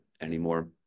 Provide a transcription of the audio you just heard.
anymore